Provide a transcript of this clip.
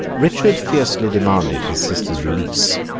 richard fiercely demanded his sister's release,